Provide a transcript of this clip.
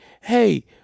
hey